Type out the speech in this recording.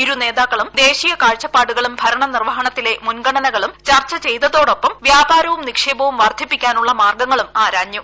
ഇരു നേതാക്കളും ദേശീയ കാഴ്ചപ്പാടുകളും ഭരണ നിർവഹണത്തിലെ മുൻഗണനകളും ചർച്ച ചെയ്തതോടൊപ്പം വ്യാപാരവും നിക്ഷേപവും വർദ്ധിപ്പിക്കാനുള്ള മാർഗങ്ങളും ആരാഞ്ഞു